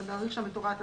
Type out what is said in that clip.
להאריך שם את הוראת השעה,